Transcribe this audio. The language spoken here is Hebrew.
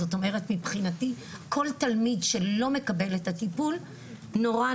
זאת אומרת מבחינתי כל תלמיד שלא מקבל את הטיפול נורא,